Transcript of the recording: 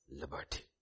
liberty